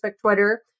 Twitter